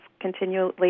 continually